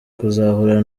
kuzahura